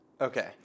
Okay